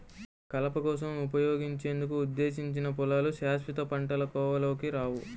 కలప కోసం ఉపయోగించేందుకు ఉద్దేశించిన పొలాలు శాశ్వత పంటల కోవలోకి రావు